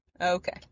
Okay